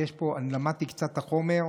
למדתי קצת את החומר,